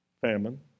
Famine